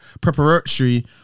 preparatory